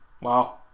Wow